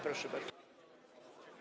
Proszę bardzo.